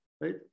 right